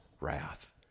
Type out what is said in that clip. wrath